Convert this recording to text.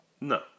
No